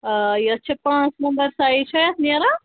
آ یَتھ چھا پانٛژھ نمبر سایز چھےٚ اَتھ نیران